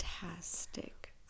fantastic